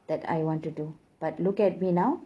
that I want to do but look at me now